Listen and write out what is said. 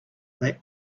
they